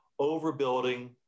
overbuilding